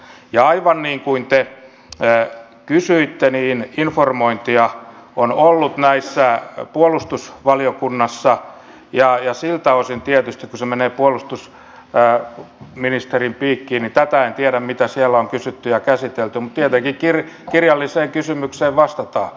ja aivan niin kuin te kysyitte niin informointia on ollut puolustusvaliokunnassa ja siltä osin tietysti kun se menee puolustusministerin piikkiin niin tätä en tiedä mitä siellä on kysytty ja käsitelty mutta tietenkin kirjalliseen kysymykseen vastataan